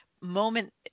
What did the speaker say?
moment